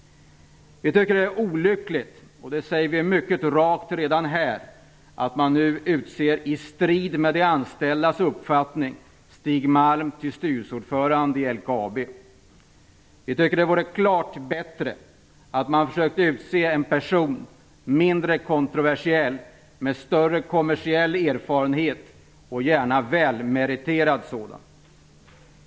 Vi tycker det är olyckligt - och det säger vi mycket tydligt redan här - att man i strid med de anställdas uppfattning utser Stig Malm till styrelseordförande i LKAB. Vi tycker att det vore klart bättre om man försökte utse en mindre kontroversiell person som har större kommersiell erfarenhet och som gärna får vara välmeriterad.